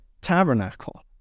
tabernacle